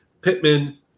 Pittman